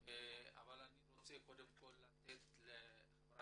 אבל אני מבקש לתת קודם את רשות הדיבור